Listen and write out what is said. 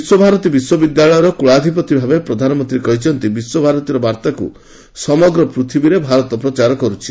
ବିଶ୍ୱଭାରତୀ ବିଶ୍ୱବିଦ୍ୟାଳୟର କୁଳାଧ୍ୟପତି ଭାବେ ପ୍ରଧାନମନ୍ତ୍ରୀ କହିଛନ୍ତି ବିଶ୍ୱଭାରତୀର ବାର୍ତ୍ତାକୁ ସମଗ୍ର ପୂଥିବୀରେ ଭାରତ ପ୍ରଚାର କରୁଛି